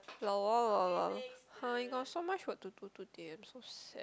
I got so much work to do today I'm so sad